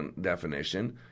definition